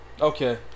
Okay